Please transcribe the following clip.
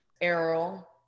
Errol